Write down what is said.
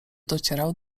docierał